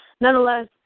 Nonetheless